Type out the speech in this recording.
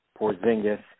Porzingis